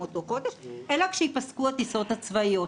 אותו חודש אלא כשייפסקו הטיסות הצבאיות.